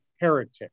heretic